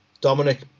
Dominic